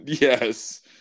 Yes